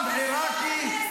עם עיראקי,